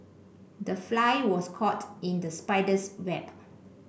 the fly was caught in the spider's web